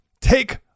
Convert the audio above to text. Take